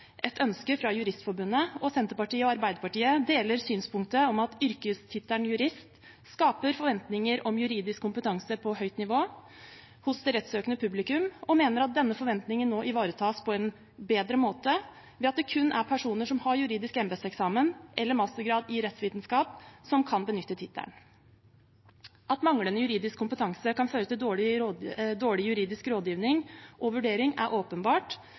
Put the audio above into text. et ønske fra Juristforbundet, og Senterpartiet og Arbeiderpartiet deler synspunktet om at yrkestittelen jurist skaper forventninger om juridisk kompetanse på høyt nivå hos det rettssøkende publikum, og mener at denne forventningen nå ivaretas på en bedre måte ved at det kun er personer som har juridisk embetseksamen eller mastergrad i rettsvitenskap, som kan benytte tittelen. At manglende juridisk kompetanse kan føre til dårlig juridisk rådgivning og vurdering, er åpenbart,